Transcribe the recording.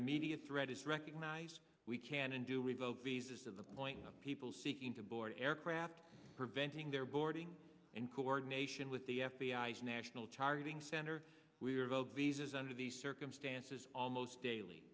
immediate threat is recognized we can and do revoke visas to the point of people seeking to board an aircraft preventing their boarding and coordination with the f b i s national charting center we are both visas under these circumstances almost daily